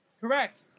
Correct